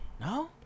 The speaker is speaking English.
No